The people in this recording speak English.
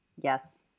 Yes